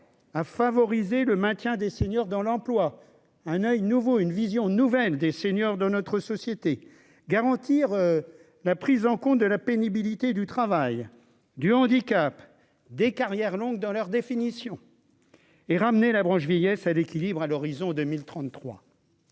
à favoriser le maintien des seniors dans l'emploi, un oeil nouveau une vision nouvelle des seniors dans notre société, garantir la prise en compte de la pénibilité du travail, du handicap des carrières longues dans leur définition et ramener la branche vieillesse à l'équilibre à l'horizon 2033